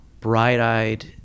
bright-eyed